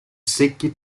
secchi